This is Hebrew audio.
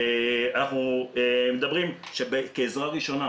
אנחנו מדברים שכעזרה ראשונה,